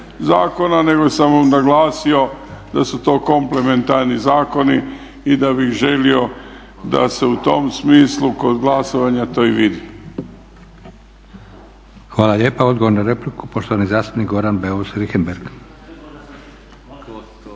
zakona nego sam naglasio da su to komplementarni zakoni i da bih želio da se u tom smislu kod glasovanja to i vidi.